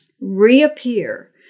reappear